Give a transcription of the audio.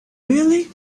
really